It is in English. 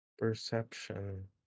Perception